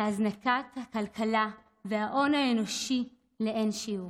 להזנקת הכלכלה וההון האנושי לאין שיעור.